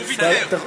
הוא ויתר.